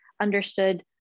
understood